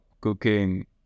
cooking